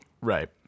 Right